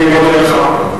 אני מודה לך.